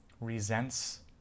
resents